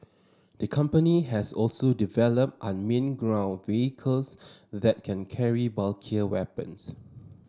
the company has also developed unmanned ground vehicles that can carry bulkier weapons